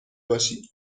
باشی